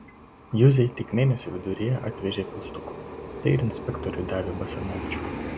juzei tik mėnesio viduryje atvežė pilstuko tai ir inspektoriui davė basanavičių